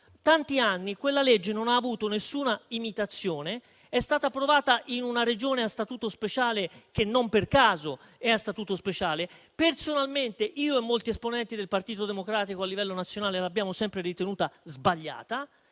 tanti anni quella legge non ha avuto nessuna imitazione, è stata provata in una Regione a statuto speciale, che non per caso è a statuto speciale; personalmente io e molti esponenti del Partito Democratico a livello nazionale l'abbiamo sempre ritenuta sbagliata.